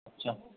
अच्छा